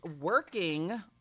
working